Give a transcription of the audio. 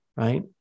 Right